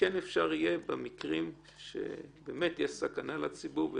אפשר יהיה במקרים שיש בהם סכנה לציבור,